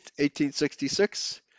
1866